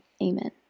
amen